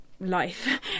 life